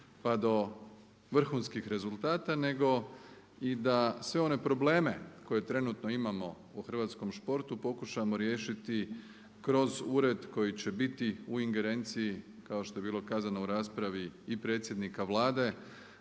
pa do vrhunskih rezultata nego i da sve one probleme koje trenutno imamo u hrvatskom športu pokušamo riješiti kroz ured koji će biti u ingerenciji kao što je bilo kazano u raspravi i predsjednika Vlade